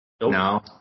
No